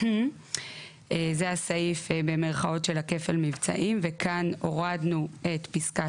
זה הסעיף של ה"כפל מבצעים" וכאן הורדנו את פסקה